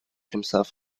himself